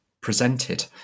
presented